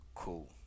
cool